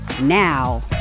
now